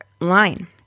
line